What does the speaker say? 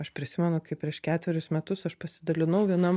aš prisimenu kaip prieš ketverius metus aš pasidalinau vienam